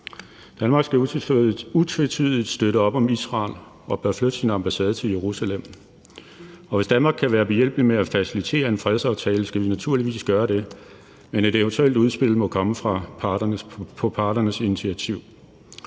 Danmark skal utvetydigt støtte op om Israel og bør flytte sin ambassade til Jerusalem. Og hvis Danmark kan være behjælpelig med at facilitere en fredsaftale, skal vi naturligvis gøre det, men et eventuelt udspil må komme på parternes initiativ.